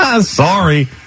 sorry